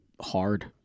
Hard